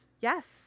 Yes